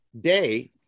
day